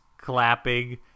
clapping